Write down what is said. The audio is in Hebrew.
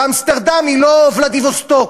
ואמסטרדם היא לא ולדיווסטוק,